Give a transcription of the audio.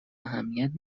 اهمیت